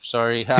Sorry